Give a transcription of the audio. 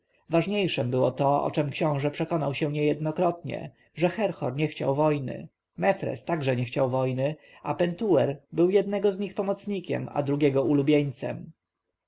ważne było to o czem książę przekonał się niejednokrotnie że herhor nie chciał wojny mefres także nie chciał wojny a pentuer był jednego z nich pomocnikiem a drugiego ulubieńcem